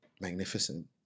magnificent